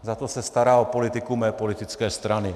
Zato se stará o politiku mé politické strany.